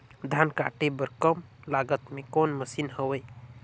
धान काटे बर कम लागत मे कौन मशीन हवय?